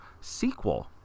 sequel